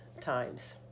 times